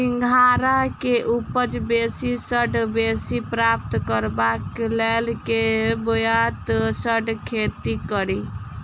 सिंघाड़ा केँ उपज बेसी सऽ बेसी प्राप्त करबाक लेल केँ ब्योंत सऽ खेती कड़ी?